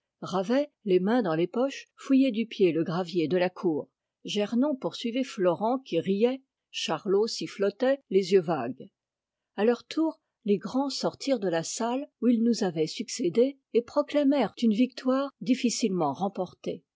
ravet les mains dans les poches fouillait du pied le gravier de la cour gernon poursuivait florent qui riait charlot sifflotait les yeux vagues a leur tour les grands sortirent de la salle où ils nous avaient succédé et proclamèrent une victoire difficilement remportée